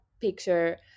picture